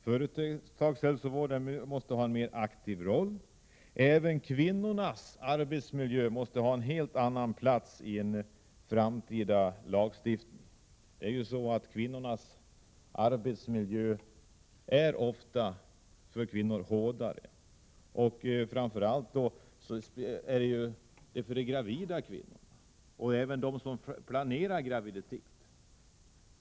Företagshälsovården måste få en mer aktiv roll. Kvinnornas arbetsmiljö måste ha en helt annan plats än nu i en framtida lagstiftning. Arbetsmiljön är ofta svårare att klara för kvinnorna — framför allt för gravida kvinnor och de kvinnor som planerar för graviditet.